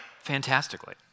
fantastically